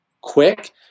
quick